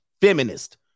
feminist